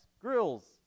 grills